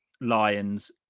Lions